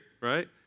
right